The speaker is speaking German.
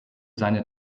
seine